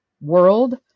world